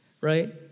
right